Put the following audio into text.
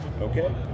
Okay